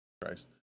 Christ